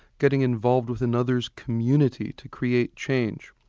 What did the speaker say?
getting involved with another's community to create change,